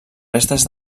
restes